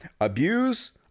abuse